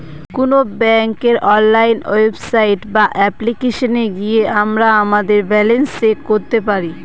কোন ব্যাঙ্কের online website বা অ্যাপ্লিকেশনে গিয়ে আমরা আমাদের ব্যালান্স চেক করতে পারি